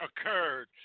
occurred